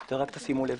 אז רק שימו לב.